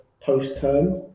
post-term